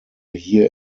hier